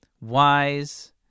wise